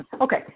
okay